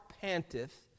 panteth